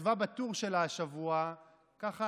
כתבה בטור שלה השבוע ככה